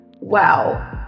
wow